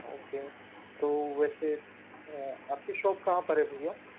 okay तो वैसे आपकी शॉप कहाँ पर है भैया